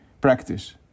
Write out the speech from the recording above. practice